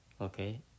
Okay